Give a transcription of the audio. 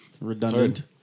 redundant